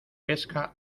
pesca